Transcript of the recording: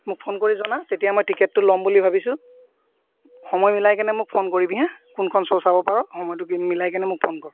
মোক ফোন কৰি জনা তেতিয়া মই টিকেটটো ল'ম বুলি ভাবিছোঁ সময় মিলাই কেনে মোক ফোন কৰিবি হা কোনখন শ্ব' চাব পাৰ' সময়টো মিলাই কেনে মোক ফোন কৰ